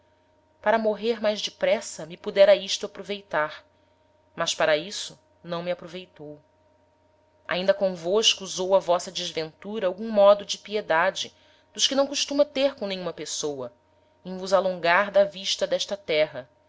para morrer mais depressa me pudera isto aproveitar mas para isso não me aproveitou ainda convosco usou a vossa desventura algum modo de piedade dos que não costuma ter com nenhuma pessoa em vos alongar da vista d'esta terra